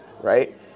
right